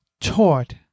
taught